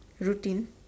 routine